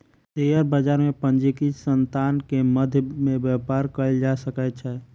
share बजार में पंजीकृत संतान के मध्य में व्यापार कयल जा सकै छै